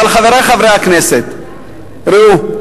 אבל, חברי חברי הכנסת, ראו: